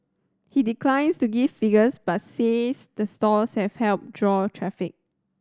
he declines to give figures but says the stores have helped draw traffic